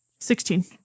Sixteen